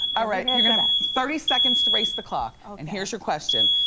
ah right, you're gonna have thirty seconds to race the clock. and here's your question.